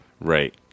right